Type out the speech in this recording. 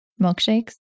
milkshakes